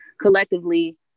collectively